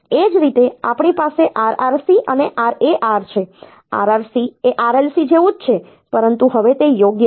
એ જ રીતે આપણી પાસે RRC અને RAR છે RRC એ RLC જેવું જ છે પરંતુ હવે તે યોગ્ય છે